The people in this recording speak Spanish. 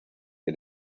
que